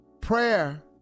Prayer